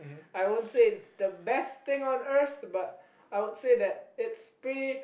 I won't say it's the best thing on earth but I would say that it's pretty